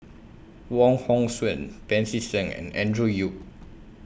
Wong Hong Suen Pancy Seng and Andrew Yip